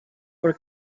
por